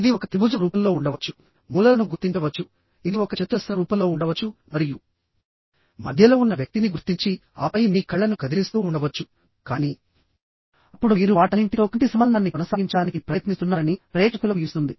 ఇది ఒక త్రిభుజం రూపంలో ఉండవచ్చుమూలలను గుర్తించవచ్చుఇది ఒక చతురస్రం రూపంలో ఉండవచ్చు మరియు మధ్యలో ఉన్న వ్యక్తిని గుర్తించిఆపై మీ కళ్ళను కదిలిస్తూ ఉండవచ్చుకానీ అప్పుడు మీరు వాటన్నింటితో కంటి సంబంధాన్ని కొనసాగించడానికి ప్రయత్నిస్తున్నారని ప్రేక్షకులకు ఇస్తుంది